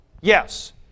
Yes